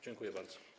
Dziękuję bardzo.